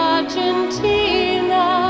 Argentina